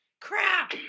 Crap